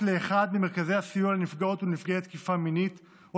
לאחד ממרכזי הסיוע לנפגעות ונפגעי תקיפה מינית או